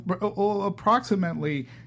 approximately